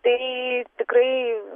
tai tikrai